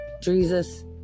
Jesus